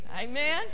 Amen